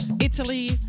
Italy